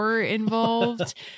involved